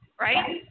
right